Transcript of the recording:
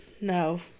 no